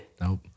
Nope